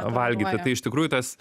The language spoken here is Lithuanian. valgyti tai iš tikrųjų tas